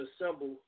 Assemble